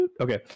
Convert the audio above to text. okay